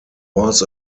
was